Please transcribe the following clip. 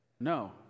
No